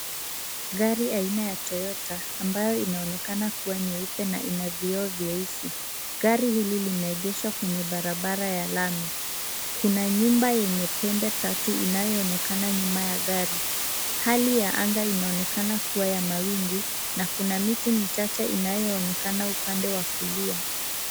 Gari aina ya Toyota ambayo inaonekana kuwa nyeupe ina vioo vyeusi. Gari hili limeegeshwa kwenye barabara ya lami. Kuna nyumba yenye pembe tatu, inayoonekana nyuma ya gari. Hali ya anga inaonekana kuwa ya mawingu na kuna miti michache inayoonekana upande wa kulia.